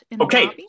Okay